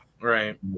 Right